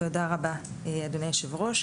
רבה, אדוני היושב-ראש.